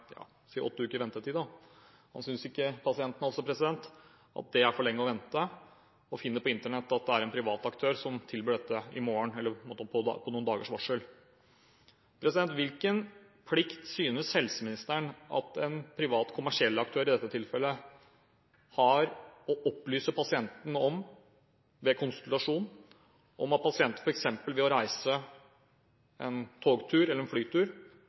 er for lenge å vente, og finner på Internett en privat aktør som tilbyr dette dagen etter, eller i løpet av noen dager. Hvilken plikt synes helseministeren at en privat, kommersiell aktør i dette tilfellet har til å opplyse pasienten om – ved konsultasjon – at pasienten f.eks. ved å reise en tog- eller flytur